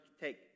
take